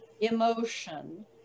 emotion